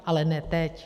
Ale ne teď.